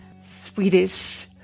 Swedish